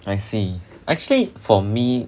I see actually for me